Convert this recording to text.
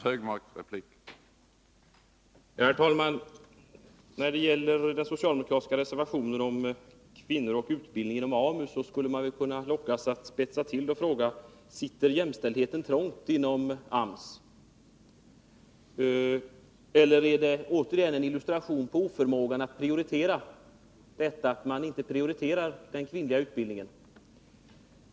Herr talman! När det gäller den socialdemokratiska reservationen om kvinnor och utbildning inom AMU skulle man kunna lockas till en tillspetsad fråga: Sitter jämställdheten trångt inom AMS? Eller är det faktum att man inte prioriterar utbildningen för kvinnor återigen en illustration av oförmågan att prioritera?